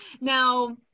now